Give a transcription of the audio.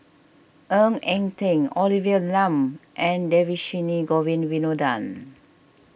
Ng Eng Teng Olivia Lum and Dhershini Govin Winodan